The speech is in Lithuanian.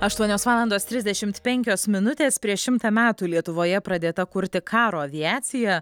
aštuonios valandos trisdešim penkios minutės prieš šimtą metų lietuvoje pradėta kurti karo aviacija